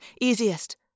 easiest